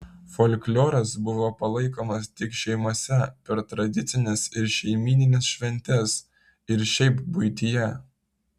folkloras buvo palaikomas tik šeimose per tradicines ir šeimynines šventes ir šiaip buityje